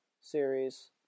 series